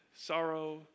sorrow